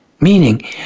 meaning